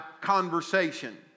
conversation